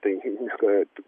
tai kad